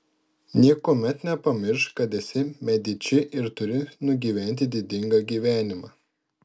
niekuomet nepamiršk kad esi mediči ir turi nugyventi didingą gyvenimą